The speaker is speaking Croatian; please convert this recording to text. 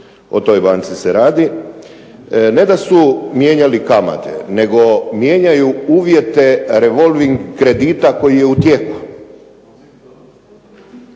O toj banci se radi. Ne da su mijenjali kamate, nego mijenjaju uvjete revolving kredita koji je u tijeku.